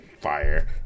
fire